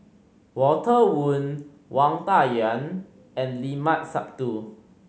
Walter Woon Wang Dayuan and Limat Sabtu